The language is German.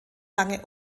lange